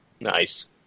Nice